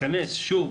תתכנס שוב